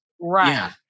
Right